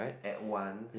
at once